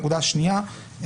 נקודה שנייה,